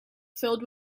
filled